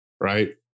right